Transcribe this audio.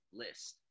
list